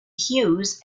hughes